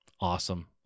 Awesome